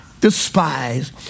despise